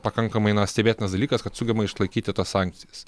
pakankamai stebėtinas dalykas kad sugeba išlaikyti tas sankcijas